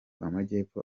amajyepfo